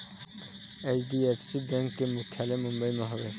HDFC bank के मुख्यालय मुंबई म हवय